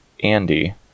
Andy